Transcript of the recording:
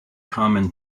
common